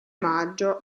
maggio